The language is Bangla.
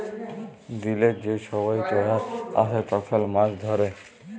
দিলের যে ছময় জয়ার আসে তখল মাছ ধ্যরে